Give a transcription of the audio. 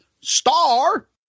star